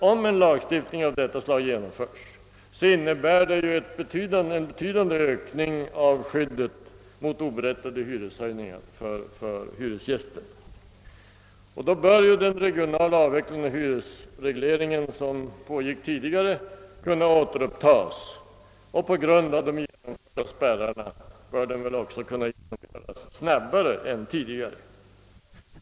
Om en lag av detta slag genomföres, innebär det en betydande förstärkning av skyddet för hyresgästen mot oberättigade hyreshöjningar, och då bör den regionala avvecklingen av hyresregleringen kunna återupptagas och tack vare de införda spärrarna genomföras i snabbare takt.